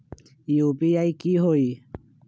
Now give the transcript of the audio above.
UPI की होई?